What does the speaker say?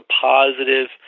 positive